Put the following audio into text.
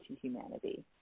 humanity